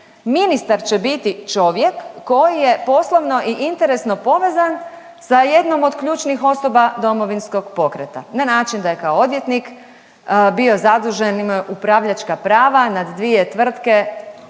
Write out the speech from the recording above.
ministar će biti čovjek koji je poslovno i interesno povezan sa jednom od ključnih osoba Domovinskog pokreta na način da je kao odvjetnik bio zadužen, imao je upravljačka prava nad dvije tvrtke